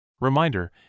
Reminder